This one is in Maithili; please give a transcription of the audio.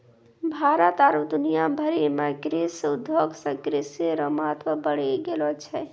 भारत आरु दुनिया भरि मे कृषि उद्योग से कृषि रो महत्व बढ़ी गेलो छै